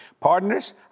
Partners